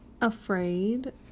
afraid